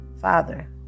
Father